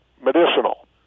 medicinal